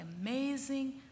amazing